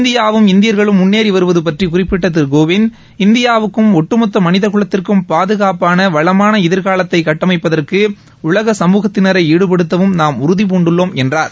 இந்தியாவும் இந்தியர்களும் முன்னேறி வருவது பற்றி குறிப்பிட்ட திரு கோவிந்த் இந்தியாவுக்கும் ஒட்டுமொத்த மனிதகுலத்திற்கும் பாதுகாப்பான வளமான எதிர்காலத்தை கட்டமைப்பதற்கு உலக சமூகத்தினரை ஈடுபடுத்தவும் நாம் உறுதி பூண்டுள்ளோம் என்றார்